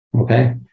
okay